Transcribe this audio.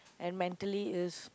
and mentally is